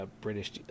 British